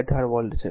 18 volt છે